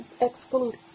exclude